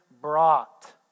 brought